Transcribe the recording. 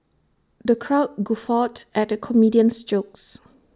the crowd guffawed at the comedian's jokes